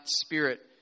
spirit